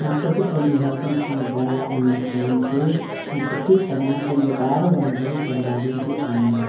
मां खुदि पंहिंजे हथनि सां उॻाया आहिनि उन्हनि खे मां सुठी तरहं पंहिंजे ॿार वागुंर संभालींदी आहिंयां